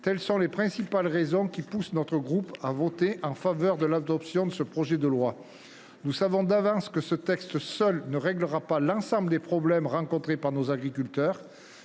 Telles sont les principales raisons qui poussent notre groupe à se prononcer en faveur de l’adoption de ce projet de loi. Nous savons d’avance que ce texte seul ne réglera pas l’ensemble des problèmes rencontrés par nos agriculteurs.